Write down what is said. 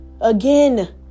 Again